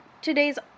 today's